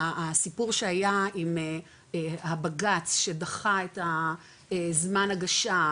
הסיפור שהיה עם הבג"צ שדחה את הזמן הגשה,